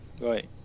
Right